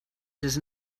does